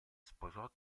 sposò